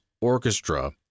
orchestra